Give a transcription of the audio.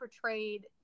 portrayed